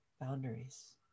boundaries